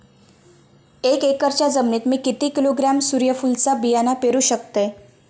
एक एकरच्या जमिनीत मी किती किलोग्रॅम सूर्यफुलचा बियाणा पेरु शकतय?